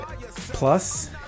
plus